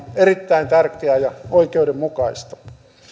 erittäin tärkeää ja oikeudenmukaista